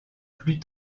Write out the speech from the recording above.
plus